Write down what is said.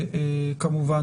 כמובן,